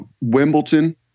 Wimbledon